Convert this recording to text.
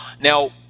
Now